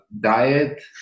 diet